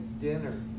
dinner